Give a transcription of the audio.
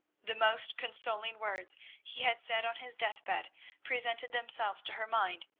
the most consoling words he had said on his deathbed presented themselves to her mind,